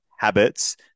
habits